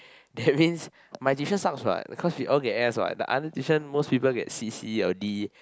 that means my tuition sucks what because we all get S what the other tuition most people get C C or D